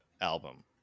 album